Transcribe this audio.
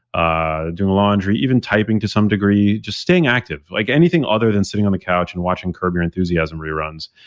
ah doing laundry, even typing to some degree, just staying active. like anything other than sitting on the couch and watching curb your enthusiasm reruns,